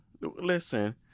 listen